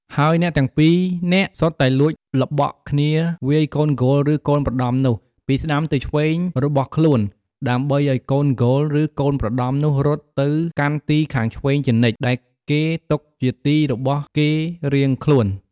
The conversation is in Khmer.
ហើយអ្នកទាំង ២ នាក់ សុទ្ធតែលួចល្បក់គ្នាវាយកូនគោលឫកូនប្រដំនោះ ពីស្តាំទៅឆ្វេងរបស់ខ្លួនដើម្បីឲ្យកូនគោល ឬកូនប្រដំនោះរត់ទៅកាន់ទីខាងឆ្វេងជានិច្ច ដែលគេទុកជាទីរបស់គេរៀងខ្លួន។